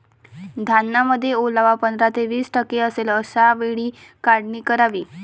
धान्यामध्ये ओलावा पंधरा ते वीस टक्के असेल अशा वेळी काढणी करावी